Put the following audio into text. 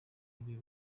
ibi